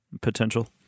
potential